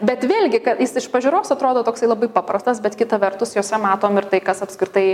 bet vėlgi jis iš pažiūros atrodo toks labai paprastas bet kita vertus juose matom ir tai kas apskritai